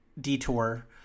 detour